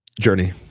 Journey